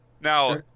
now